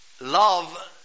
love